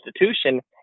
institution